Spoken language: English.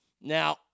Now